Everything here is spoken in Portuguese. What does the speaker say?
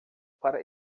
para